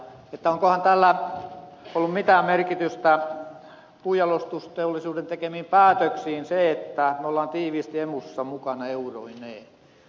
onkohan tässä ollut mitään merkitystä puunjalostusteollisuuden tekemiin päätöksiin sillä että me olemme tiiviisti emussa mukana euroineen